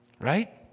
right